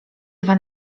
dwa